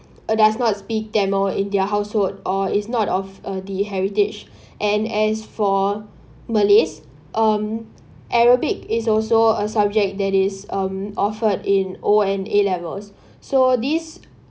uh does not speak tamil in their household or is not of uh the heritage and as for malays um arabic is also a subject that is um offered in o and a-levels so this